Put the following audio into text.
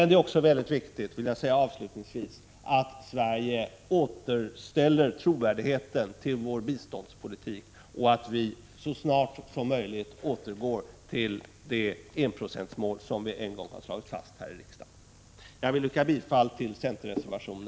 Det är emellertid också mycket viktigt att Sverige återställer trovärdighe